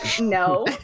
no